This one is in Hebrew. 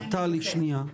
טלי, שנייה.